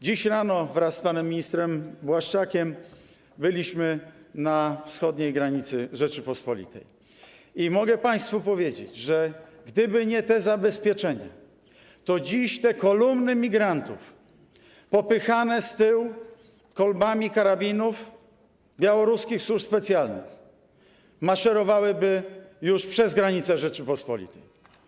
Dziś rano wraz z panem ministrem Błaszczakiem byliśmy na wschodniej granicy Rzeczypospolitej i mogę państwu powiedzieć, że gdyby nie te zabezpieczenia, to dziś kolumny migrantów popychane z tyłu kolbami karabinów białoruskich służb specjalnych już maszerowałyby przez granicę Rzeczypospolitej.